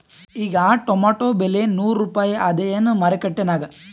ಈಗಾ ಟೊಮೇಟೊ ಬೆಲೆ ನೂರು ರೂಪಾಯಿ ಅದಾಯೇನ ಮಾರಕೆಟನ್ಯಾಗ?